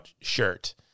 shirt